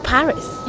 Paris